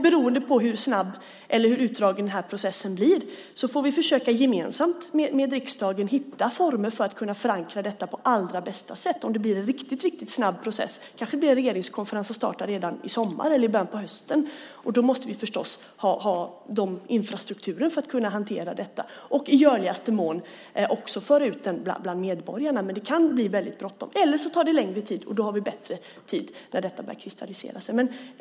Beroende på hur snabb eller hur utdragen den här processen blir får vi försöka att gemensamt med riksdagen hitta former för att förankra detta på allra bästa sätt. Om det blir en riktigt snabb process kanske det blir en regeringskonferens som startar redan i sommar eller i början av hösten, och då måste vi förstås ha infrastrukturer för att kunna hantera detta och i görligaste mån också föra ut detta bland medborgarna. Men det kan bli väldigt bråttom. Eller så tar det längre tid, och då har vi bättre om tid när detta börjar kristallisera sig.